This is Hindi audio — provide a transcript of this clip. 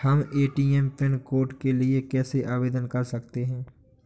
हम ए.टी.एम पिन कोड के लिए कैसे आवेदन कर सकते हैं?